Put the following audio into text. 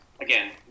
Again